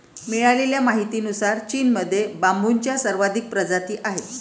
मिळालेल्या माहितीनुसार, चीनमध्ये बांबूच्या सर्वाधिक प्रजाती आहेत